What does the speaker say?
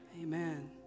Amen